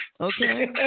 Okay